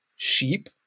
Sheep